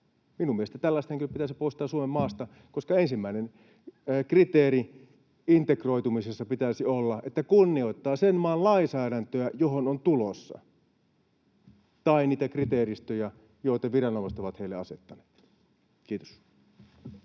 Minun mielestäni tällaiset henkilöt pitäisi poistaa Suomenmaasta, koska ensimmäisen kriteerin integroitumisessa pitäisi olla, että kunnioittaa sen maan lainsäädäntöä, minne on tulossa, tai niitä kriteeristöjä, joita viranomaiset ovat heille asettaneet. — Kiitos.